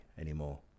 anymore